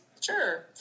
Sure